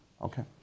Okay